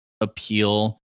appeal